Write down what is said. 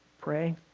pray